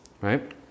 right